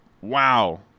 Wow